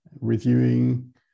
reviewing